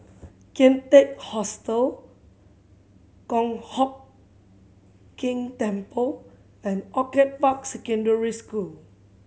Kian Teck Hostel Kong Hock King Temple and Orchid Park Secondary School